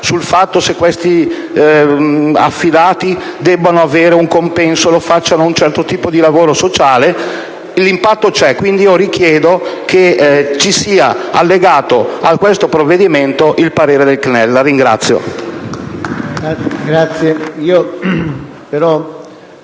e capire se questi affidati debbano avere un compenso e se svolgano un certo tipo di lavoro sociale. L'impatto c'è, e quindi io richiedo che sia allegato a questo provvedimento il parere del CNEL. *(Applausi